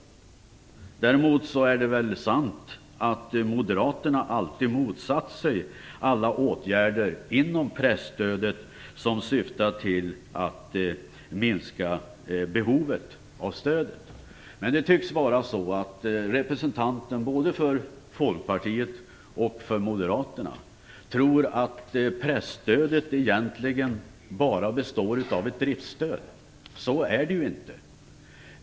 Däremot är det väl sant att moderaterna alltid motsatt sig alla åtgärder inom presstödet vilka syftar till att minska behovet av stödet. Men det tycks vara så att både Folkpartiets representant och Moderaternas representant tror att presstödet egentligen bara består av ett driftsstöd. Så är det ju inte.